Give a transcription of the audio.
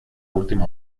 última